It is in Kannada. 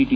ಟಿ